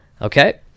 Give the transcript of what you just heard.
okay